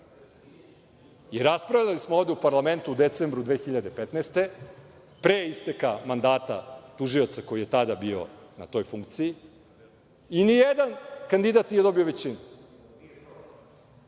i raspravljali smo ovde u parlamentu u decembru 2015. godine, pre isteka mandata tužioca koji je tada bio na toj funkciji i ni jedan kandidat nije dobio većinu. Gospođa